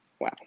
Wow